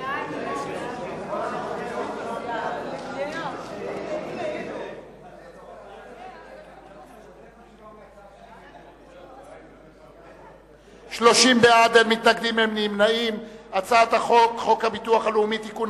להעביר את הצעת חוק הביטוח הלאומי (תיקון,